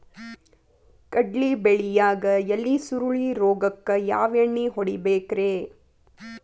ಕಡ್ಲಿ ಬೆಳಿಯಾಗ ಎಲಿ ಸುರುಳಿ ರೋಗಕ್ಕ ಯಾವ ಎಣ್ಣಿ ಹೊಡಿಬೇಕ್ರೇ?